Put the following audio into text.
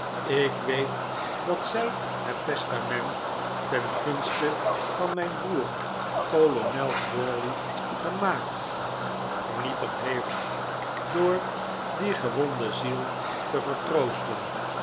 ik weet dat zij het testament ten gunste van mijn broer kolonel crawley gemaakt vernietigd heeft door die gewonde ziel te vertroosten